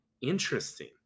Interesting